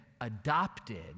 adopted